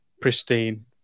pristine